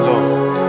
Lord